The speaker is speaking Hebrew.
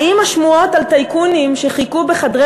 האם השמועות על טייקונים שחיכו בחדרי